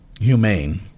humane